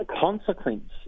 consequence